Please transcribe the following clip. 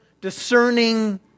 discerning